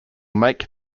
make